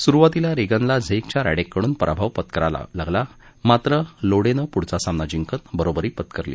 सुरूवातीला रेगनला झेकच्या रष्टिकेकडून पराभव पत्करावा लागला मात्र लोडेनं पुढचा सामना जिंकत बरोबरी पत्करली